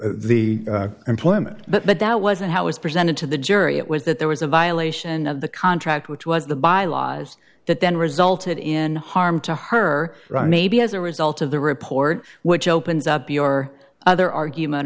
the employment but that wasn't how it was presented to the jury it was that there was a violation of the contract which was the by laws that then resulted in harm to her right maybe as a result of the report which opens up your other argument